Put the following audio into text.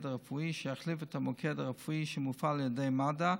הרפואי שיחליף את המוקד הרפואי שמופעל על ידי מד"א.